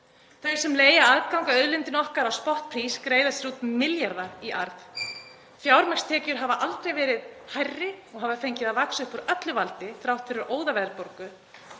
þau sem leigja aðgang að auðlindinni okkar á spottprís greiða sér út milljarða í arð, fjármagnstekjur hafa aldrei verið hærri og hafa fengið að vaxa upp úr öllu valdi, þrátt fyrir óðaverðbólgu,